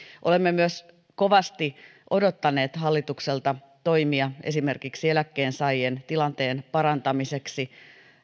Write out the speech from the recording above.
olemme myös kovasti odottaneet hallitukselta toimia esimerkiksi eläkkeensaajien tilanteen parantamiseksi